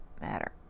matter